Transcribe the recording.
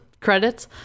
credits